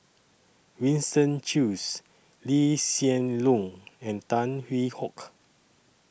Winston Choos Lee Hsien Loong and Tan Hwee Hock